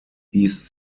east